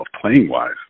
playing-wise